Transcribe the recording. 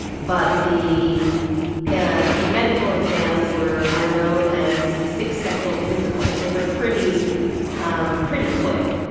but the ah the medical exams were were known as six-second physicals. they were pretty um pretty quick.